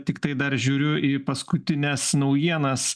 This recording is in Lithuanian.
tiktai dar žiūriu į paskutines naujienas